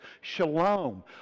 shalom